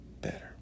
better